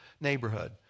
neighborhood